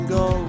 go